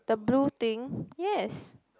the blue thing yes